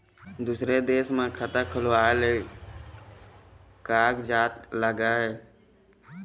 दूसर देश मा खाता खोलवाए ले कोन कागजात लागेल?